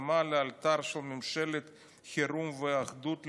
הקמה לאלתר של ממשלת חירום ואחדות לאומית,